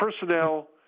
personnel